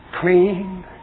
clean